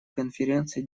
конференция